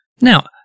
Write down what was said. Now